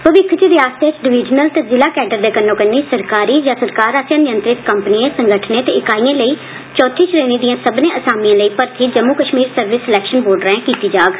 भविक्ख इच रियासतै इच डिवीजनल ते ज़िला केडर दे कन्नोकन्नी सरकारी जां सरकार आस्सेया नियंत्रित कम्पनियें संगठनें ते इकाइयें लेइ चौथी श्रेणी दियें सब्बनें आसामियें लेई भर्ती Jammu Kashmir service selection board राहें कीत्ती जाग